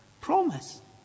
promise